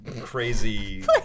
crazy